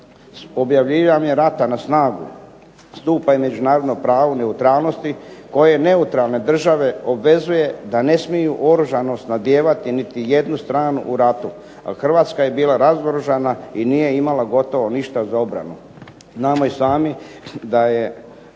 objavljivanje rata na snagu stupa i međunarodno pravo neutralnosti koje neutralne države obvezuje da ne smiju oružano snabdijevati niti jednu stranu u ratu. A Hrvatska je bila razoružana i nije imala gotovo ništa za obranu. Znamo i sami da je